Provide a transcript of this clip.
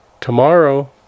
tomorrow